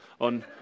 on